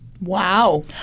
Wow